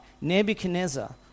Nebuchadnezzar